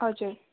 हजुर